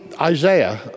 Isaiah